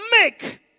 make